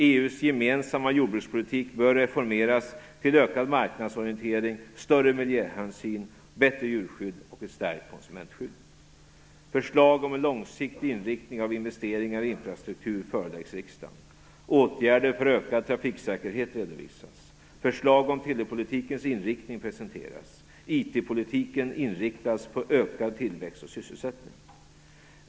EU:s gemensamma jordbrukspolitik bör reformeras till ökad marknadsorientering, större miljöhänsyn, bättre djurskydd och ett stärkt konsumentskydd. Förslag om en långsiktig inriktning av investeringar i infrastruktur föreläggs riksdagen. Åtgärder för ökad trafiksäkerhet redovisas. Förslag om telepolitikens inriktning presenteras. IT-politiken inriktas på ökad tillväxt och sysselsättning.